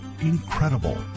Incredible